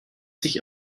sich